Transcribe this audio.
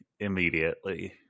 Immediately